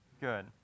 good